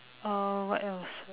uh what else